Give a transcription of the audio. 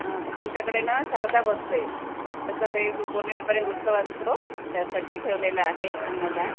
आमच्याकडे ना शारदा बसते त्याचा ते पौर्णिमे पर्यंत उत्सव असतो त्यासाठी ठेवलेला आहे अन्नदान